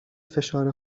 فشار